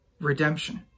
redemption